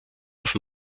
auf